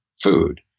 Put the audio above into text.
food